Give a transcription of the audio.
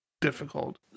difficult